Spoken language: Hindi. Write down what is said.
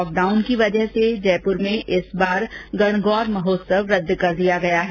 लॉक डाउन की क्जह से जयपुर में इस बार गणगौर महोत्सव रदुद कर दिया गया है